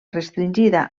restringida